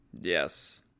Yes